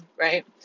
right